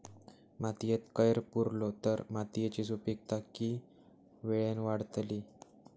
मातयेत कैर पुरलो तर मातयेची सुपीकता की वेळेन वाडतली?